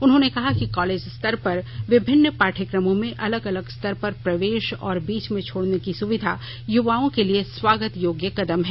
उन्होंने कहा कि कॉलेज स्तर पर विभिन्न पाठ्यक्रमों में अलग अलग स्तर पर प्रवेश और बीच में छोड़ने की सुविधा युवाओं के लिए स्वागत योग्य कदम है